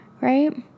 right